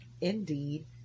indeed